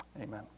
Amen